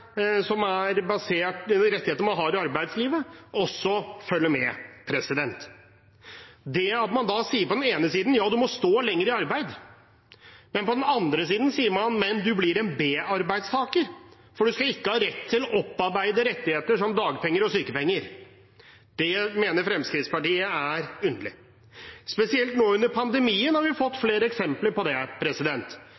man har i arbeidslivet, også følge med. På den ene siden sier man: Ja, du må stå lenger i arbeid. På den andre siden sier man: Men du blir en b-arbeidstaker, for du skal ikke ha rett til opparbeidede rettigheter som dagpenger og sykepenger. Det mener Fremskrittspartiet er underlig. Spesielt nå under pandemien har vi